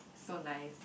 so nice